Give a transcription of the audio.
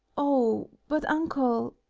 oh, but uncle